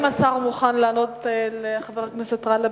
האם השר מוכן לענות לחבר הכנסת גאלב